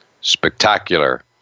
spectacular